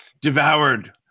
devoured